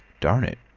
darn it!